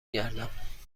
گردم